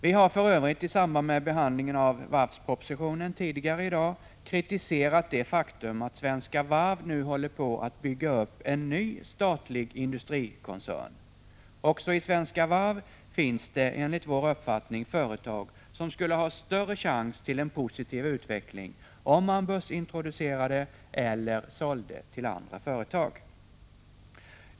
Vi har för övrigt, i samband med behandlingen av varvspropositionen tidigare i dag, kritiserat det faktum att Svenska Varv nu håller på att bygga upp en ny statlig industrikoncern. Också inom Svenska Varv finns det enligt vår uppfattning företag som skulle kunna ha större chans till en positiv utveckling, om man börsintroducerade dem eller sålde dem till andra företag.